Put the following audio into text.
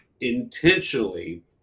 intentionally